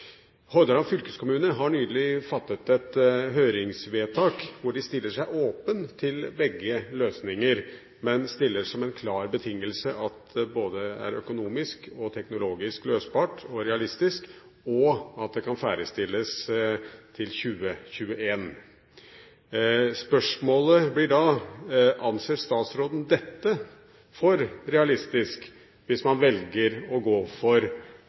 Hordaland fylkeskommune har nylig fattet et høringsvedtak hvor de stiller seg åpne for begge løsninger, men stiller som en klar betingelse at det er både økonomisk og teknologisk løselig og realistisk, og at det kan ferdigstilles til 2021. Spørsmålet blir da: Anser statsråden dette for realistisk, hvis man velger å gå for